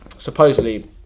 Supposedly